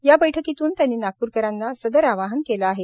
या बैठकीतून त्यांनी नागप्रकरांना सदर आवाहन केले आहे